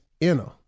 inner